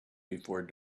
before